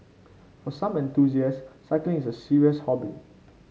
for some enthusiasts cycling is a serious hobby